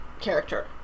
character